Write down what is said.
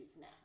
now